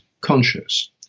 conscious